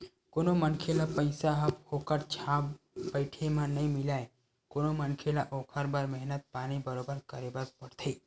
कोनो मनखे ल पइसा ह फोकट छाप बइठे म नइ मिलय कोनो मनखे ल ओखर बर मेहनत पानी बरोबर करे बर परथे